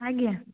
ଆଜ୍ଞା